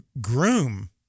groom